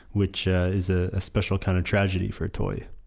which ah is ah a special kind of tragedy for a toy